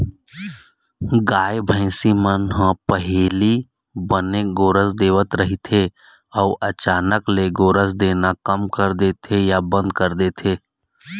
गाय, भइसी मन ह पहिली बने गोरस देवत रहिथे अउ अचानक ले गोरस देना कम कर देथे या बंद कर देथे